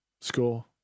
Score